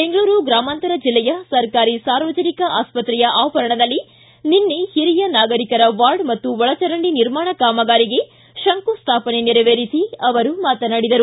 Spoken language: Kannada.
ಬೆಂಗಳೂರು ಗ್ರಾಮಾಂತರ ಜಿಲ್ಲೆಯ ಸರ್ಕಾರಿ ಸಾರ್ವಜನಿಕ ಆಸ್ಪತ್ರೆಯ ಆವರಣದಲ್ಲಿ ನಿನ್ನೆ ಹಿರಿಯ ನಾಗರಿಕರ ವಾರ್ಡ್ ಮತ್ತು ಒಳಚರಂಡಿ ನಿರ್ಮಾಣ ಕಾಮಗಾರಿಗೆ ಶಂಕುಸ್ಥಾಪನೆ ನೆರವೇರಿಸಿ ಅವರು ಮಾತನಾಡಿದರು